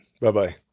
Bye-bye